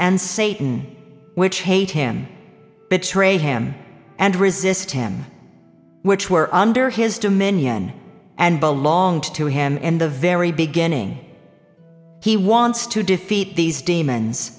and satan which hate him betray him and resist him which were under his dominion and belong to him in the very beginning he wants to defeat these demons